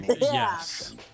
Yes